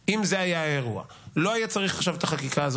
הדבר היחיד שנמצא באותה דרגת חשיבות הוא להשיב את החטופים הביתה.